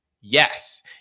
Yes